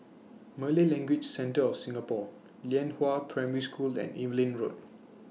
Malay Language Centre of Singapore Lianhua Primary School and Evelyn Road